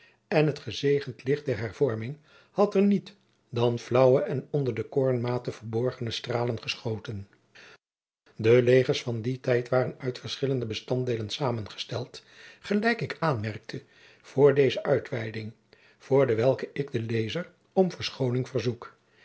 en het gezegend licht der hervorming had er niet dan flaauwe en onder de koornmate verborgene stralen geschoten de legers van dien tijd waren uit verschillende bestanddeelen samengesteld gelijk ik aanmerkte vr deze uitweiding voor dewelke ik den lezer om verschoning verzoek